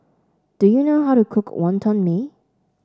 do you know how to cook Wonton Mee